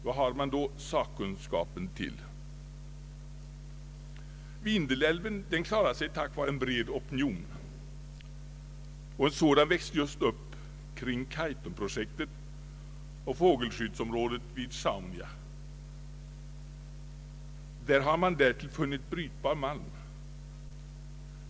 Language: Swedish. Vad har man då sakkunskapen till? Vindelälven klarade sig tack vare en bred opinion. En sådan växer just upp kring Kaitumprojektet och fågelskyddsområdet vid Sjaunja. Där har man därtill funnit brytbar malm.